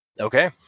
Okay